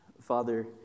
Father